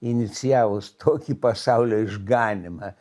inicijavus tokį pasaulio išganymą